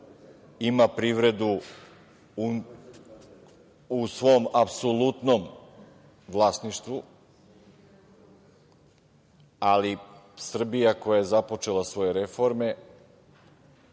ima privredu u svom apsolutnom vlasništvu, ali Srbija koja je započela svoje reforme